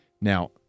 now